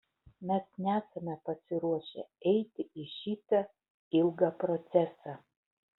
mes nesame pasiruošę eiti į šitą ilgą procesą